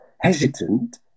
Hesitant